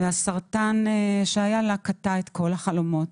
הסרטן שהיה לה קטע את כל החלומות.